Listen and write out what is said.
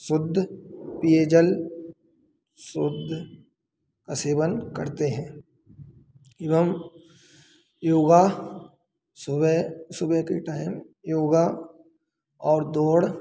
शुद्ध पेयजल शुद्ध का सेवन करते हैं एवं योगा सुबह सुबह के टाइम योगा और दौड़